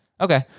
okay